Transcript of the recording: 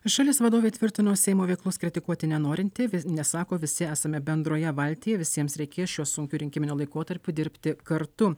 šalies vadovė tvirtino seimo veiklos kritikuoti nenorinti vis nesako visi esame bendroje valtyje visiems reikės šiuo sunkiu rinkiminiu laikotarpiu dirbti kartu